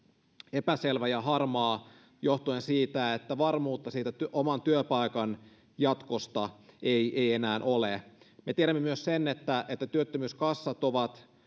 epäselvä ja harmaa johtuen siitä että varmuutta siitä oman työpaikan jatkosta ei enää ole me tiedämme myös sen että että työttömyyskassat ovat